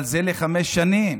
אבל זה לחמש שנים,